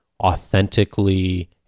authentically